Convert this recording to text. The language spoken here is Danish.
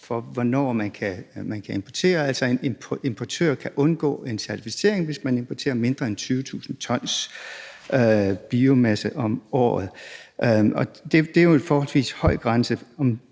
til hvornår man kan importere. En importør kan undgå en certificering, hvis vedkommende importerer mindre end 20.000 t biomasse om året, og det er jo en forholdsvis høj grænse.